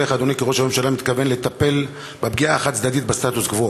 ואיך אדוני כראש הממשלה מתכוון לטפל בפגיעה החד-צדדית בסטטוס-קוו?